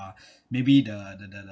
maybe the the the